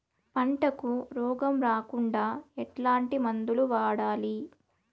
పంటకు రోగం రాకుండా ఎట్లాంటి మందులు వాడాలి?